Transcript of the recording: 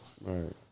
Right